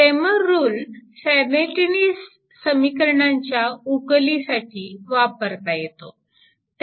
Cramer rule simultaneous समीकरणाच्या उकलीसाठी वापरता येतो